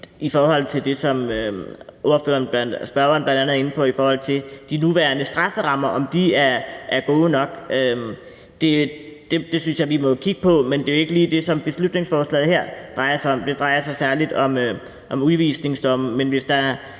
I forhold til det, som spørgeren bl.a. er inde på, med, om de nuværende strafferammer er gode nok, vil jeg sige, at det synes jeg vi må kigge på, men det er jo ikke lige det, som beslutningsforslaget her drejer sig om; det drejer sig særlig om udvisningsdomme.